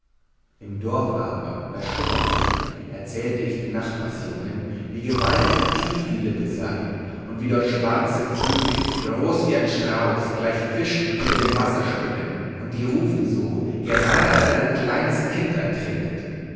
im dorf aber beim schummerlicht erzählte ich den nachbarjungen wie gewaltig tief die lippe sei und wie dort schwarze vögel groß wie ein strauß gleich fischen unter dem wasser schwimmen und die rufen so gerade als wenn ein kleines kind ertrinkt